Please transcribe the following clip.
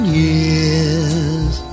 years